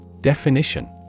Definition